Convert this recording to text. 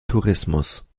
tourismus